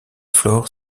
flore